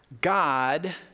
God